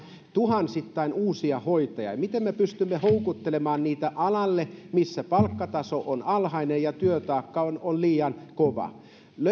tuhansittain uusia hoitajia miten me pystymme houkuttelemaan heitä alalle missä palkkataso on alhainen ja työtaakka on on liian kova